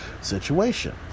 situation